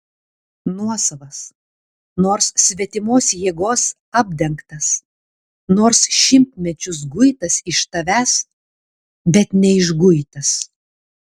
nuosavas nors svetimos jėgos apdengtas nors šimtmečius guitas iš tavęs bet neišguitas